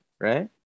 right